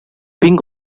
being